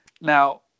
now